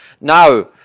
Now